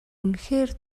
үнэхээр